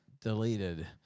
deleted